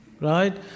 Right